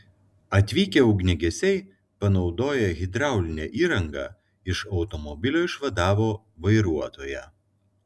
atvykę ugniagesiai panaudoję hidraulinę įrangą iš automobilio išvadavo vairuotoją